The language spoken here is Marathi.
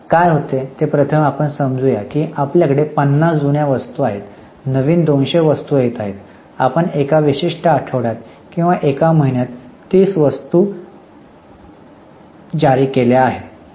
समजा काय होते ते प्रथम आपण समजू या की आपल्याकडे 50 जुन्या वस्तू आहेत नवीन 200 वस्तू येत आहेत आणि आपण एका विशिष्ट आठवड्यात किंवा एका महिन्यात 30 वस्तू जारी केल्या आहेत